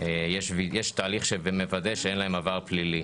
יש תהליך שמוודא שאין להם עבר פלילי.